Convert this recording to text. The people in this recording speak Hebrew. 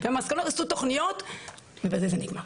מהמסקנות עשו תוכניות ובזה זה נגמר,